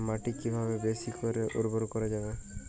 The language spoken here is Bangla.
মাটি কিভাবে বেশী করে উর্বর করা যাবে?